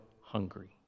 hungry